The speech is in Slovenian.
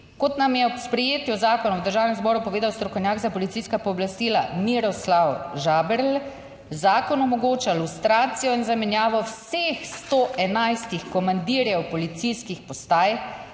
Kot nam je ob sprejetju zakona v Državnem zboru povedal strokovnjak za policijska pooblastila Miroslav Žaberl, Zakon omogoča lustracijo in zamenjavo vseh 111 komandirjev policijskih postaj,